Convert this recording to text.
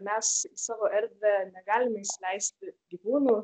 mes į savo erdvę negalime įsileisti gyvūnų